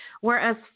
whereas